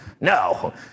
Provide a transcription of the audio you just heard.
no